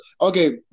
Okay